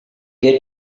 get